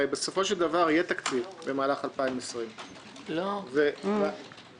הרי בסופו של דבר יהיה תקציב במהלך 2020. הוא יהיה רטרואקטיבי.